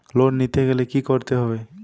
Loan নিতে গেলে কি করতে হবে?